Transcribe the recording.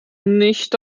nicht